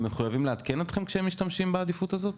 הם מחויבים לעדכן אתכם כשהם משתמשים בזה?